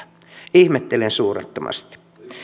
ihmettelen suunnattomasti